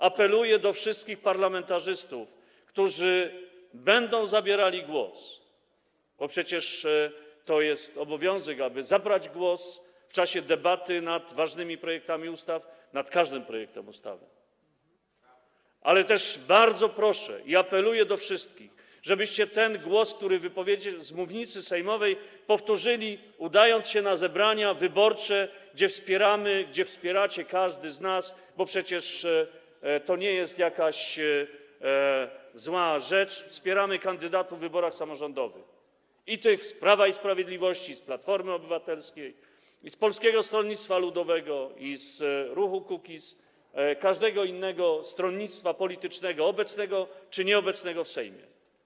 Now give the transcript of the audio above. Apeluję do wszystkich parlamentarzystów, którzy będą zabierali głos, bo przecież to jest obowiązek, aby zabrać głos w czasie debaty nad ważnymi projektami ustaw, nad każdym projektem ustawy, bardzo proszę i apeluję do wszystkich, żebyście ten głos, który wypowiecie z mównicy sejmowej, powtórzyli, udając się na zebrania wyborcze, gdzie wspieracie, gdzie każdy z nas wspiera, bo przecież to nie jest jakaś zła rzecz, gdzie wspieramy kandydatów w wyborach samorządowych: i z Prawa i Sprawiedliwości, i z Platformy Obywatelskiej, i z Polskiego Stronnictwa Ludowego, i z ruchu Kukiz, i z każdego innego stronnictwa politycznego, obecnego czy nieobecnego w Sejmie.